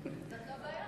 זאת הבעיה.